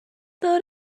not